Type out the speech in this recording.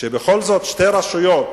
שבכל זאת שתי רשויות